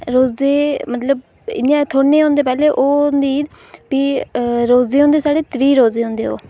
रोजे मतलब इया थोड़े नेह् होंदे पैह्ले ओह् होंदी ईद भी होंदी रोजे होंदे साढ़े त्रीह् रोजे होंदे ओह्